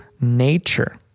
nature